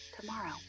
tomorrow